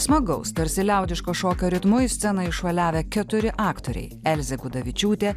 smagaus tarsi liaudiško šokio ritmu į sceną įšuoliavę keturi aktoriai elzė gudavičiūtė